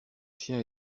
chien